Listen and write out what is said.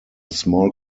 small